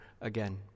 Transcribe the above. again